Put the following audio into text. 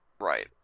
Right